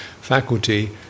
faculty